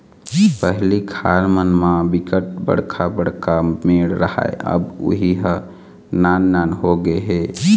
पहिली खार मन म बिकट बड़का बड़का मेड़ राहय अब उहीं ह नान नान होगे हे